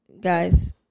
guys